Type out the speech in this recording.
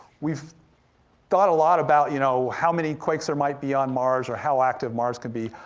we've thought a lot about you know how many quakes there might be on mars, or how active mars could be.